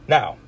Now